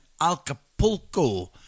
Alcapulco